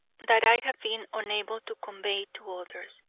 that i have been unable to convey to others,